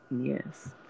yes